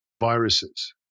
viruses